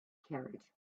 carriage